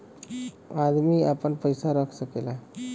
अदमी आपन पइसा रख सकेला